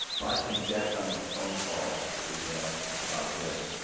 i think back on the phone calls that we had about this,